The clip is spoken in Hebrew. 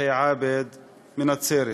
סובחי עבד מנצרת.